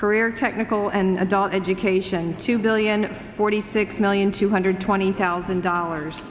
career technical and adult education two billion forty six million two hundred twenty thousand dollars